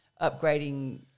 upgrading